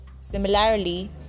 similarly